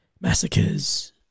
massacres